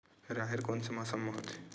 राहेर कोन से मौसम म होथे?